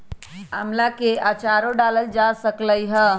आम्ला के आचारो डालल जा सकलई ह